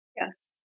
Yes